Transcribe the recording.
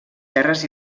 terres